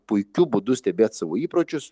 puikiu būdu stebėt savo įpročius